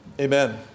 Amen